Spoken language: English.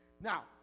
Now